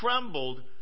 trembled